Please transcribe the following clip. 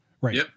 Right